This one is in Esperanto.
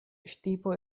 ŝtipo